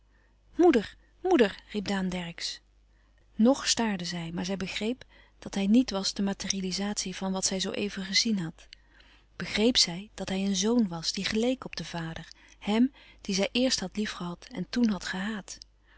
moeder riep daan dercksz ng staarde zij maar zij begreep dat hij niet was de materializatie van wat zij zoo even gezien had begreep zij dat hij een zon was die geleek op den vader hem dien zij eerst had lief gehad en toen had gehaat